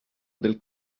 del